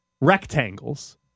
rectangles